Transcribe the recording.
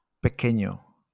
pequeño